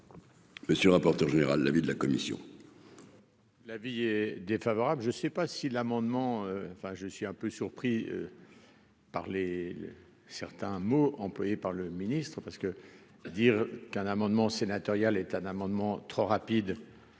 Monsieur le rapporteur général l'avis de la commission. L'avis est défavorable, je sais pas si l'amendement, enfin, je suis un peu surpris. Par les certains mots employé par le ministre-parce que dire qu'un amendement sénatorial état d'amendement trop rapide